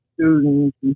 students